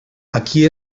aquí